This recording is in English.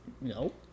No